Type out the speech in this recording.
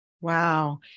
Wow